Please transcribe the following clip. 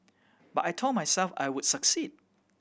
but I told myself I would succeed